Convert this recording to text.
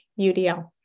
UDL